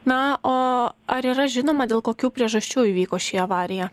na o ar yra žinoma dėl kokių priežasčių įvyko ši avarija